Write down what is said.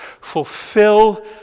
fulfill